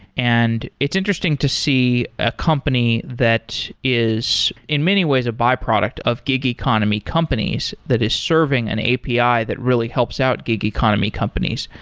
and it's interesting to see a company that is, in many ways, a byproduct of gig economy companies that is serving an api that really helps out gig economy companies.